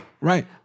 Right